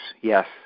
yes